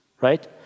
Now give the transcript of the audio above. Right